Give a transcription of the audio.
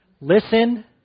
listen